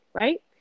right